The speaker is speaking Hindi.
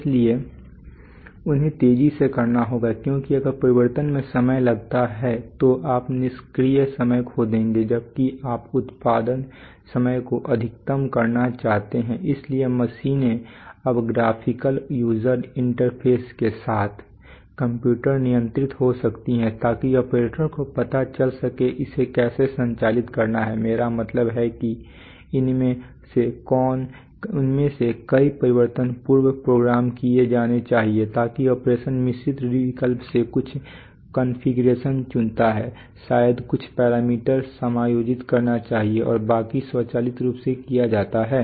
इसलिए उन्हें तेजी से करना होगा क्योंकि अगर परिवर्तन में समय लगता है तो आप निष्क्रिय समय खो देंगे जबकि आप उत्पादन समय को अधिकतम करना चाहते हैं इसलिए मशीनें अब ग्राफिकल यूजर इंटरफेस के साथ कंप्यूटर नियंत्रित हो सकती हैं ताकि ऑपरेटरों को पता चल सके इसे कैसे संचालित करना है मेरा मतलब है कि इनमें से कई परिवर्तन पूर्व प्रोग्राम किए जाने चाहिए ताकि ऑपरेशन मिश्रित विकल्प से कुछ कॉन्फ़िगरेशन चुनता है शायद कुछ पैरामीटर समायोजित करना चाहिए और बाकी स्वचालित रूप से किया जाता है